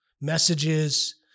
messages